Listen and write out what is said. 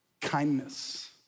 kindness